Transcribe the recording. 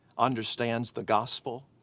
understands the gospel,